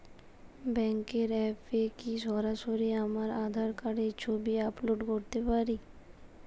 ব্যাংকের অ্যাপ এ কি সরাসরি আমার আঁধার কার্ড র ছবি আপলোড করতে পারি?